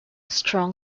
strong